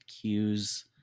cues